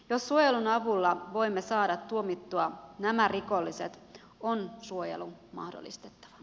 jos suojelun avulla voimme saada tuomittua nämä rikolliset on suojelu mahdollistettava